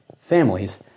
families